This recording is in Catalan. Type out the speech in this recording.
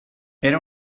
era